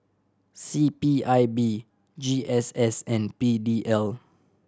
C P I B G S S and P D L